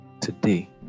today